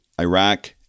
Iraq